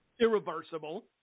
irreversible